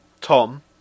Tom